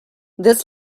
this